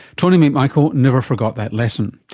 tony mcmichael never forgot that lesson.